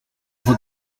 foto